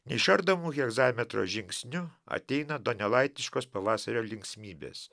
neišardomu hegzametro žingsniu ateina donelaitiškos pavasario linksmybės